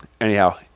anyhow